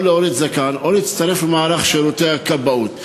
להוריד את הזקן אם ברצונם להצטרף למערך שירותי הכבאות.